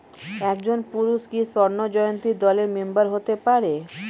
একজন পুরুষ কি স্বর্ণ জয়ন্তী দলের মেম্বার হতে পারে?